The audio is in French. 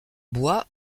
bois